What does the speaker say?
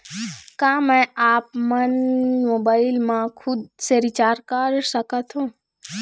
का मैं आपमन मोबाइल मा खुद से रिचार्ज कर सकथों?